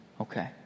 Okay